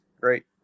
Great